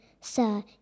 Sir